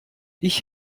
ich